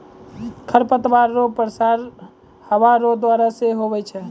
खरपतवार रो प्रसार हवा रो द्वारा से हुवै छै